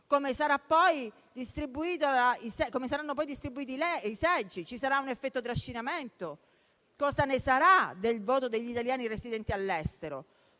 Come saranno poi distribuiti i seggi? Ci sarà un effetto trascinamento? Cosa ne sarà del voto degli italiani residenti all'estero?